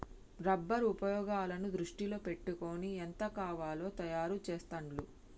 rubber ఉపయోగాలను దృష్టిలో పెట్టుకొని ఎంత కావాలో తయారు చెస్తాండ్లు